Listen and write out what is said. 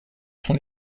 sont